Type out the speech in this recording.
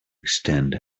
extend